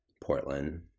Portland